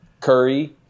Curry